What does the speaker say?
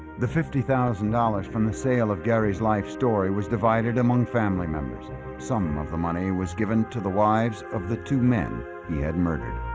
the fifty thousand dollars from the sale of gary's life story was divided among family members some of the money was given to the wives of the two men he had murdered